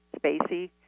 spacey